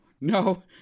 no